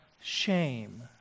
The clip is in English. shame